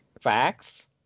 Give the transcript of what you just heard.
Facts